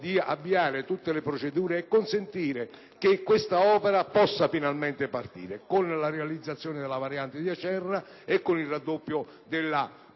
di avviare tutte le procedure e consentire che questa opera possa finalmente partire con la realizzazione della Variante di Acerra ed il raddoppio della